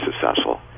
successful